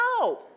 No